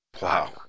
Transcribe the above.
Wow